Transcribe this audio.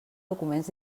documents